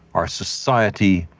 our society,